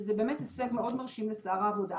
שזה הישג מאוד מרשים לשר העבודה.